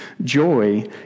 Joy